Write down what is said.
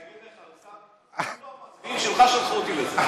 אני אגיד לך, אפילו המצביעים שלך שלחו אותי לזה.